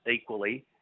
equally